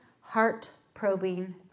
heart-probing